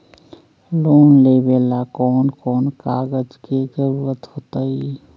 Loan लेवेला कौन कौन कागज के जरूरत होतई?